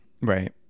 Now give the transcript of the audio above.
Right